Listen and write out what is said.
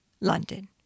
London